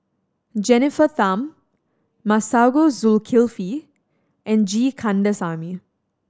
Jennifer Tham Masagos Zulkifli and G Kandasamy